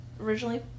originally